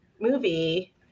movie